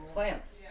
Plants